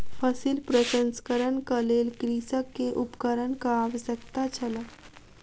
फसिल प्रसंस्करणक लेल कृषक के उपकरणक आवश्यकता छल